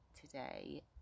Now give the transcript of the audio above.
today